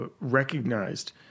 recognized